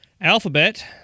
Alphabet